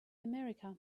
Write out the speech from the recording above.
america